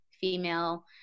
female